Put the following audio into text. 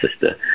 sister